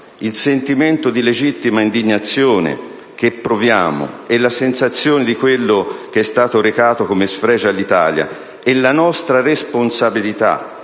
il sentimento di legittima indignazione che proviamo, la sensazione di quello che è stato arrecato come sfregio all'Italia e la nostra responsabilità